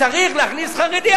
צריך להכניס חרדי,